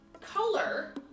color